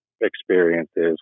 Experiences